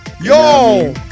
Yo